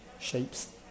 shapes